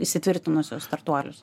įsitvirtinusius startuolius